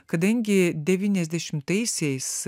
kadangi devyniasdešimtaisiais